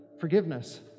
forgiveness